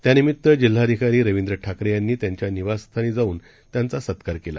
त्यानिमितजिल्हाधिकारीरवींद्रठाकरेयांनीत्यांच्यानिवासस्थानीजाऊनत्यांचासत्कारकेला